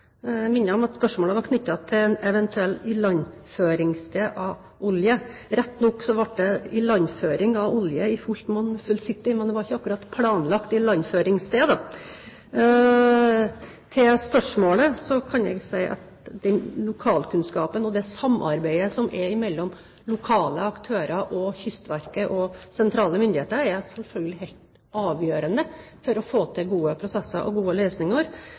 minne om at spørsmålet var knyttet til et eventuelt ilandføringssted av olje. Rett nok var det ilandføring av olje i fullt monn med «Full City», men ilandføringsstedet var ikke akkurat planlagt. Til spørsmålet kan jeg si at den lokalkunnskapen og det samarbeidet som er mellom lokale aktører, Kystverket og sentrale myndigheter, selvfølgelig er helt avgjørende for å få til gode prosesser og gode løsninger.